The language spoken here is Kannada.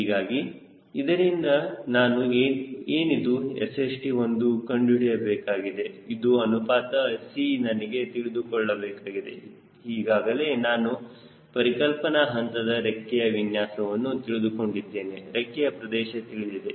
ಹೀಗಾಗಿ ಇದರಿಂದ ನಾನು ಏನಿದು SHT ಎಂದು ಕಂಡುಹಿಡಿಯಬೇಕಾಗಿದೆ ಇದು ಅನುಪಾತ c ನನಗೆ ತಿಳಿದುಕೊಳ್ಳಬೇಕಾಗಿದೆ ಈಗಾಗಲೇ ನಾನು ಪರಿಕಲ್ಪನಾ ಹಂತದ ರೆಕ್ಕೆಯ ವಿನ್ಯಾಸವನ್ನು ತಿಳಿದುಕೊಂಡಿದ್ದೇನೆ ರೆಕ್ಕೆಯ ಪ್ರದೇಶ ತಿಳಿದಿದೆ